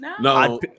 No